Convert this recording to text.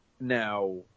Now